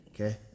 okay